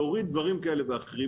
להוריד דברים כאלה ואחרים.